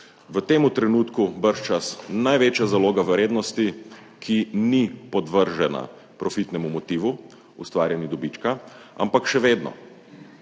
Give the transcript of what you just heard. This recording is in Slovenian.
v tem trenutku bržčas največja zaloga vrednosti, ki ni podvržena profitnemu motivu, ustvarjanju dobička, ampak še vedno,